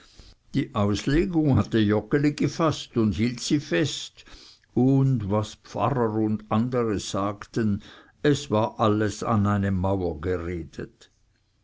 die auslegung hatte joggeli gefaßt und hielt sie fest und was pfarrer und andere sagten es war alles an eine mauer geredet